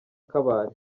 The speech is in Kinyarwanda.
kabale